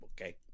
Okay